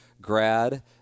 grad